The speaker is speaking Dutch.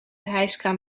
hijskraan